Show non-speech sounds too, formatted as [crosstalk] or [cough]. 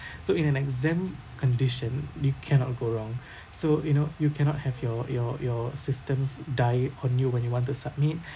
[breath] so in an exam condition you cannot go wrong [breath] so you know you cannot have your your your systems die on you when you want to submit [breath]